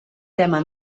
tema